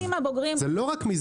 לא רק הנוסעים